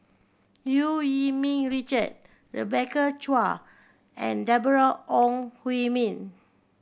Eu Yee Ming Richard Rebecca Chua and Deborah Ong Hui Min